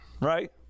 right